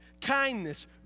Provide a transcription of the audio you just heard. kindness